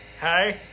Hi